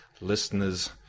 listeners